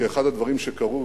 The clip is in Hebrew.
כי אחד הדברים שקרו,